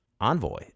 envoy